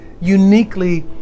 uniquely